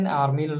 army